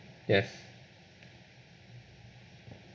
yes